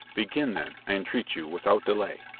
begin then, i entreat you, without delay.